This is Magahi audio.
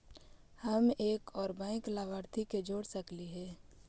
हम एक और बैंक लाभार्थी के जोड़ सकली हे?